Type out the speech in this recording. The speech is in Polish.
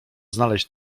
znaleźć